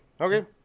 okay